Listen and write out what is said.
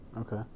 Okay